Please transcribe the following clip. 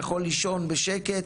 יכול לישון בשקט,